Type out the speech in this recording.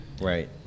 Right